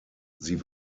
sie